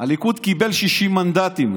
הליכוד קיבל 60 מנדטים,